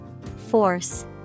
Force